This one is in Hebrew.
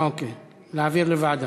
אוקיי, להעביר לוועדה.